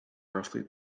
roughly